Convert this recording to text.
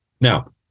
Now